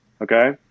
Okay